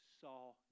saw